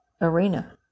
arena